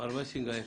מר מסינג היקר.